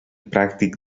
pràctic